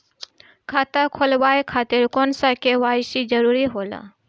खाता खोलवाये खातिर कौन सा के.वाइ.सी जरूरी होला?